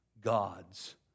God's